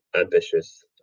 ambitious